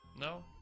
No